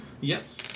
Yes